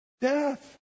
death